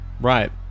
Right